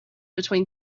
between